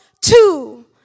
Two